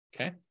Okay